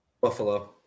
Buffalo